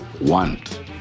want